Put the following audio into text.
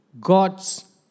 God's